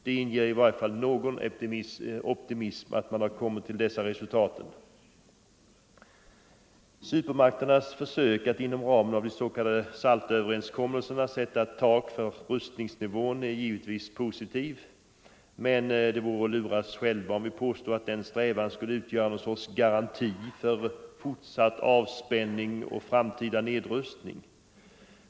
Det inger i varje fall någon optimism att man har kommit till dessa resultat. Supermakternas försök att inom ramen för de s.k. SALT-överenskommelserna sätta ett tak för rustningsnivån är givetvis positiva. Men det vore att lura oss själva om vi påstod att denna strävan skulle utgöra någon sorts garanti för fortsatt avspänning och framtida nedrustning.